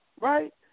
right